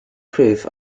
proof